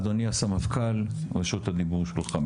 אדוני המפכ"ל, רשות הדיבור שלך.